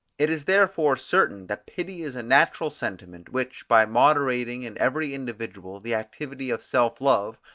it is therefore certain that pity is a natural sentiment, which, by moderating in every individual the activity of self-love,